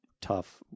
tough